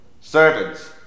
Servants